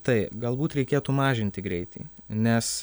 tai galbūt reikėtų mažinti greitį nes